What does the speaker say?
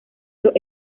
los